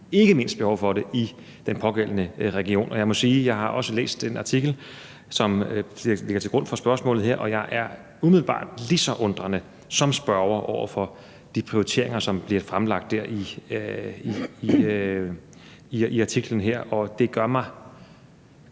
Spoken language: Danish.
ikke mindst behov for det i den pågældende region. Jeg har også læst den artikel, som ligger til grund for spørgsmålet her, og jeg må sige, at jeg umiddelbart er lige så undrende som spørgeren over for de prioriteringer, som bliver fremlagt i den artikel, og det gør mig